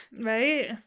Right